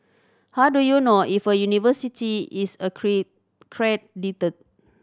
how do you know if a university is credited